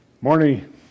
Morning